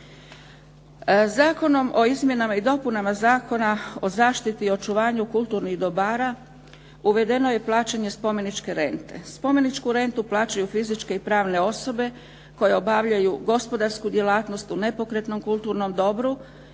Zakonom o izmjenama i dopunama Zakona o zaštiti i očuvanju kulturnih dobara uvedeno je plaćanje spomeničke rente. Spomeničku rentu plaćaju fizičke i pravne osobe, koje obavljaju gospodarsku djelatnost u nepokretnom kulturnom dobru